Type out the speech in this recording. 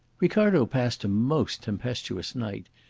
ricardo passed a most tempestuous night.